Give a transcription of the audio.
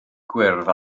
gwyrdd